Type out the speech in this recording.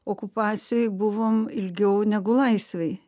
okupacijoj buvom ilgiau negu laisvėj